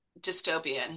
dystopian